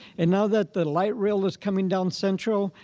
and now that the light rail is coming down central,